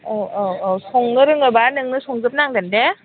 औ औ औ संनो रोङोबा नोंनो संजोबनांगोन दे